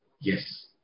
Yes